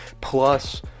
Plus